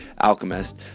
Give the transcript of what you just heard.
Alchemist